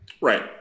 Right